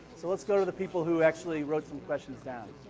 so let's go to the people who actually wrote some questions down.